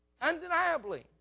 undeniably